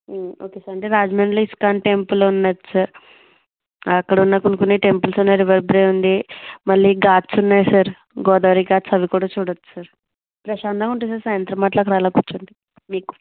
okay sir అంటే రాజమండ్రిలో ISKCON temple ఉన్నది సర్ అక్కడ ఉన్న కొన్ని కొన్ని టెంపుల్స్ ఉన్నాయి రివర్ బే ఉంది మళ్ళీ గాట్స్ ఉన్నాయి సర్ గోదారి గాట్స్ అవి కూడా చూడవచ్చు సర్ ప్రశాంతంగా ఉంటుంది సాయంత్రం మాట్ల అక్కడ అలా కూర్చుంటే మీకు